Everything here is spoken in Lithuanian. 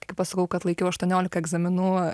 kai pasakau kad laikiau aštuoniolika egzaminų